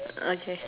okay